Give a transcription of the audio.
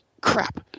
crap